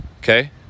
Okay